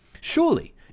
Surely